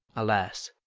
alas!